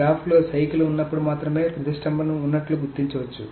గ్రాఫ్లో సైకిల్ ఉన్నప్పుడు మాత్రమే ప్రతిష్టంభన ఉన్నట్లు గుర్తించవచ్చు